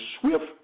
swift